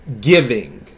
Giving